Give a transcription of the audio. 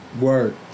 Word